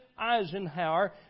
Eisenhower